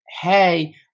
hey